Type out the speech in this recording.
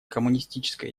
коммунистической